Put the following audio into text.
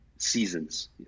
seasons